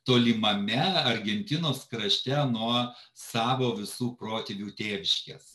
tolimame argentinos krašte nuo savo visų protėvių tėviškės